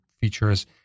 features